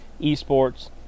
esports